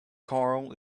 karl